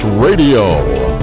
Radio